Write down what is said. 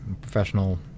professional